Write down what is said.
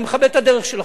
אני מכבד את הדרך שלכם,